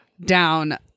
down